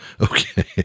Okay